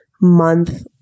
month